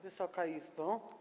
Wysoka Izbo!